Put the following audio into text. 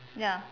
ya